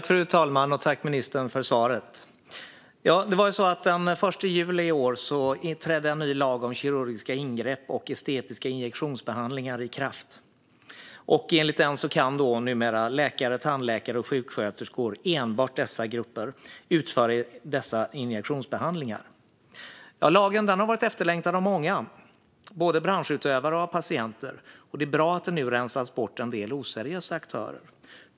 Fru talman! Tack för svaret, ministern! Den 1 juli i år trädde en ny lag om kirurgiska ingrepp och estetiska injektionsbehandlingar i kraft. Enligt den kan numera läkare, tandläkare och sjuksköterskor - och enbart dessa grupper - utföra dessa injektionsbehandlingar. Lagen har varit efterlängtad av många, både branschutövare och patienter, och det är bra att en del oseriösa aktörer nu rensas bort.